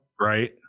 Right